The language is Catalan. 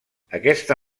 aquesta